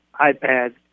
iPad